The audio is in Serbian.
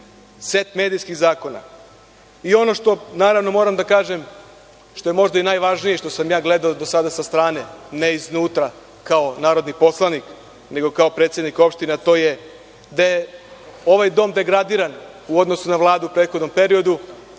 set medijskih zakona. Ono što, naravno, moram da kažem, što je možda i najvažnije i što sam ja gledao do sada sa strane, ne iznutra kao narodni poslanik, nego kao predsednik opštine, to je da je ovaj dom degradiran u odnosu na Vladu u prethodnom periodu